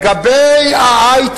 לא יותר.